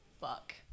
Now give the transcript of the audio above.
fuck